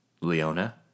Leona